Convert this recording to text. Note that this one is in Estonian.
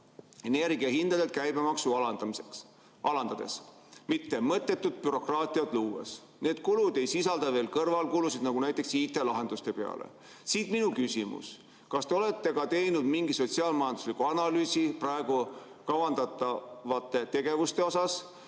energiahindade käibemaksu alandades, mitte mõttetut bürokraatiat luues. Need kulud ei sisalda veel kõrvalkulusid, nagu näiteks IT-lahendustele. Siit minu küsimus: kas te olete teinud mingi sotsiaal-majandusliku analüüsi praegu kavandatavate tegevuste osas?